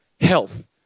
health